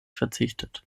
verzichtet